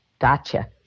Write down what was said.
Gotcha